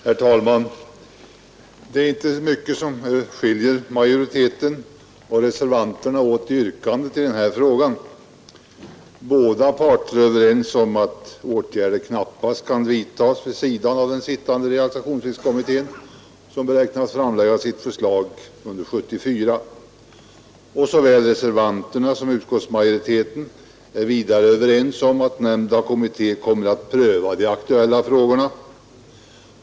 Herr talman! Det är inte mycket som skiljer majoriteten och reservanterna åt i yrkandet i den här frågan. Båda parter är överens om att åtgärder knappast kan vidtas vid sidan av den sittande realisationsvinstkommittén, som beräknas framlägga sitt förslag under år 1974. Reservanterna och utskottsmajoriteten är vidare överens om att nämnda kommitté kommer att pröva de aktuella frågorna.